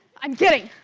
i'm kidding!